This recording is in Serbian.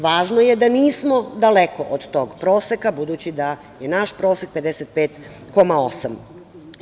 Važno je da nismo daleko od tog proseka, budući da je naš prosek 55,8.